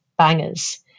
bangers